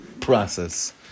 process